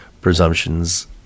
presumptions